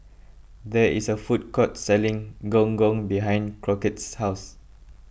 there is a food court selling Gong Gong behind Crockett's house